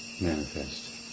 manifest